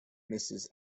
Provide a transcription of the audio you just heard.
mrs